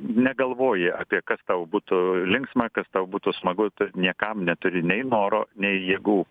negalvoji apie kas tau būtų linksma kas tau būtų smagu tu niekam neturi nei noro nei jėgų